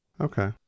Okay